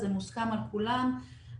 זה מוסכם על כולם.